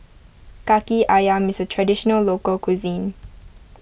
Kaki Ayam is a Traditional Local Cuisine